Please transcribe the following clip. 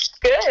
Good